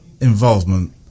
involvement